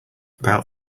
about